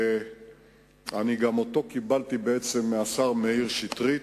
שגם אותו קיבלתי מהשר מאיר שטרית,